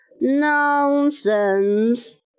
nonsense